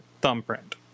thumbprint